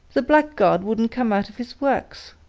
the blackguard wouldn't come out of his works!